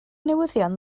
newyddion